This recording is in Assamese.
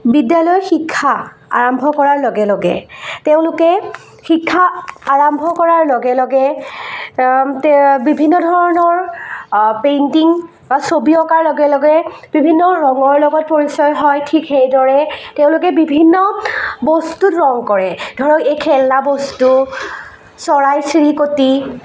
বিদ্যালয় শিক্ষা আৰম্ভ কৰাৰ লগে লগে তেওঁলোকে শিক্ষা আৰম্ভ কৰাৰ লগে লগে বিভিন্ন ধৰণৰ পেইন্টিং বা ছবি অঁকাৰ লগে লগে বিভিন্ন ৰঙৰ লগত পৰিচয় হয় ঠিক সেইদৰে তেওঁলোকে বিভিন্ন বস্তুত ৰং কৰে ধৰক এই খেলনা বস্তু চৰাই চিৰিকতি